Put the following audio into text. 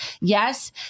yes